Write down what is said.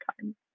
time